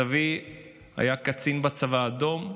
סבי היה קצין בצבא האדום,